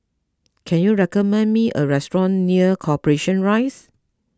can you recommend me a restaurant near Corporation Rise